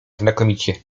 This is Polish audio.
znakomicie